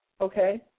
okay